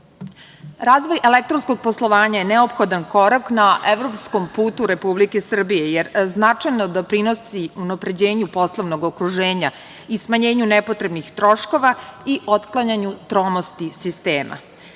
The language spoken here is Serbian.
elektronskog poslovanja je neophodan korak na evropskom putu Republike Srbije, jer značajno doprinosi unapređenju poslovnog okruženja i smanjenju nepotrebnih troškova i otklanjanju tromosti sistema.